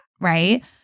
right